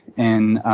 and